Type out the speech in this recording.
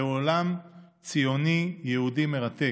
זה עולם ציוני יהודי מרתק,